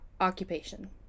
occupation